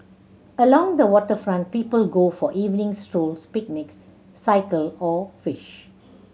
along the waterfront people go for evening strolls picnics cycle or fish